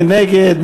מי נגד?